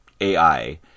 AI